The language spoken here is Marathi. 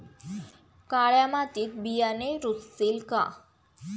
काळ्या मातीत बियाणे रुजतील का?